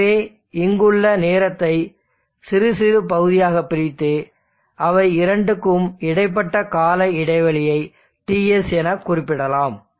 எனவே இங்குள்ள நேரத்தை சிறுசிறு பகுதியாக பிரித்து அவை இரண்டுக்கும் இடைப்பட்ட கால இடைவெளியை TS எனக் குறிப்பிடலாம்